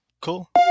Cool